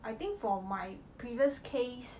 I think for my previous case